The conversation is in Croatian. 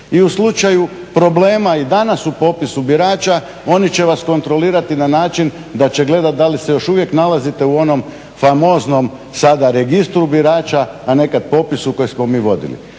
I u slučaju problema i danas u popisu birača oni će vas kontrolirati na način da će gledati da li se još uvijek nalazite u onom famoznom sada registru birača a nekad popisu kojeg smo mi vodili.